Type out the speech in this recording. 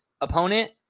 opponent